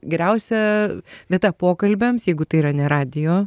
geriausia vieta pokalbiams jeigu tai yra ne radijo